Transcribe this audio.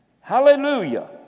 Hallelujah